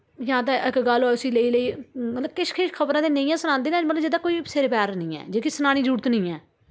जां ते इक गल्ल ऐ उस्सी लेई लेई मतलब किश किश खबरा ते नेइयां सनांदे न जेह्दा कोई सिर पैर निं ऐ मतलब सनाने जरूरत निं ऐ